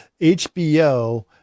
HBO